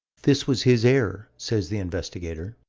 this was his error, says the investigator.